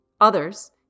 others